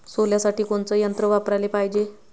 सोल्यासाठी कोनचं यंत्र वापराले पायजे?